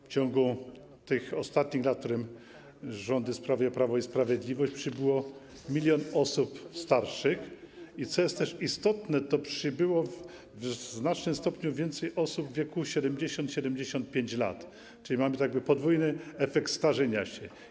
W ciągu ostatnich lat, w których rządy sprawuje Prawo i Sprawiedliwość, przybyło 1 mln osób starszych i, co też jest istotne, przybyło w znacznym stopniu więcej osób w wieku 70-75 lat, czyli mamy tu jakby podwójny efekt starzenia się.